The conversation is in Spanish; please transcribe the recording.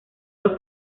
los